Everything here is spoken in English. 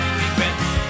regrets